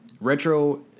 Retro